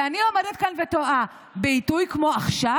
ואני עומדת כאן ותוהה: בעיתוי כמו עכשיו?